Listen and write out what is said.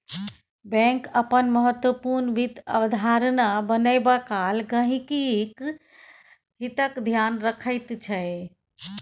bank अपन महत्वपूर्ण वित्त अवधारणा बनेबा काल गहिंकीक हितक ध्यान रखैत छै